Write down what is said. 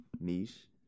Niche